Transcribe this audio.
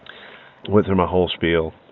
went through my whole spiel.